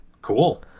Cool